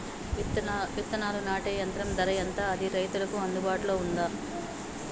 విత్తనాలు నాటే యంత్రం ధర ఎంత అది రైతులకు అందుబాటులో ఉందా?